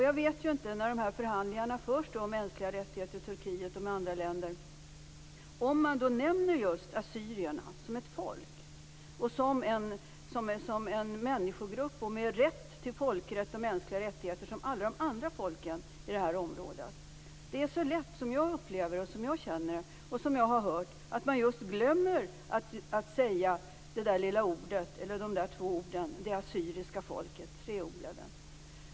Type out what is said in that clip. Jag vet ju inte om man, när de här förhandlingarna förs med Turkiet och andra länder, just nämner assyrierna som ett folk och som en människogrupp med rätt till folkrätt och mänskliga rättigheter som alla andra folk i området. Det är så lätt, som jag upplever det, som jag känner det och som jag har hört, att man glömmer att säga just de där orden: det assyriska folket.